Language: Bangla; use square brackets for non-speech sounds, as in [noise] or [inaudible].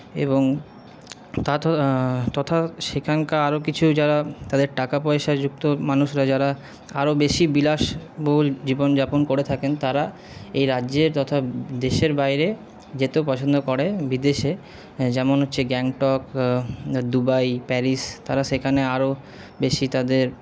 এবং [unintelligible] তথা সেখানকার আরও কিছু যারা তাদের টাকা পয়সাযুক্ত মানুষরা যারা আরও বেশি বিলাসবহুল জীবনযাপন করে থাকেন তারা এই রাজ্যে তথা দেশের বাইরে যেতেও পছন্দ করে বিদেশে যেমন হচ্ছে গ্যাংটক দুবাই প্যারিস তারা সেখানে আরও বেশি তাদের